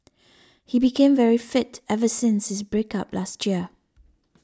he became very fit ever since his break up last year